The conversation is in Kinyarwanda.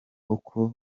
uko